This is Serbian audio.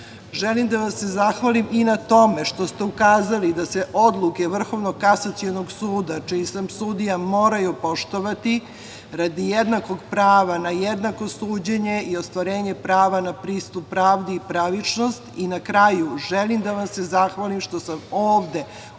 vlast. Želim da vam se zahvalim i da na tome što ste ukazali da se odluke Vrhovnog kasacionog suda, čiji sam sudija, moraju poštovati radi jednakog prava na jednako suđenje i ostvarenje prava na pristup pravdi i pravičnosti. Na kraju želim da vam se zahvalim što sam ovde u